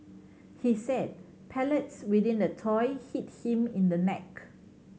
he said pellets within the toy hit him in the neck